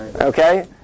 Okay